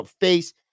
face